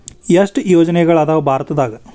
ಎಷ್ಟ್ ಯೋಜನೆಗಳ ಅದಾವ ಭಾರತದಾಗ?